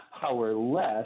powerless